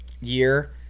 year